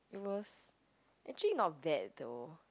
it was actually not bad though